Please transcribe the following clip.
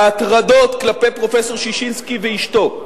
ההטרדות כלפי פרופסור ששינסקי ואשתו,